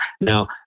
Now